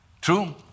True